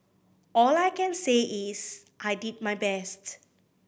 all I can say is I did my best